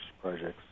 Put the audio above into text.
projects